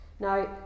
Now